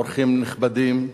אורחים נכבדים,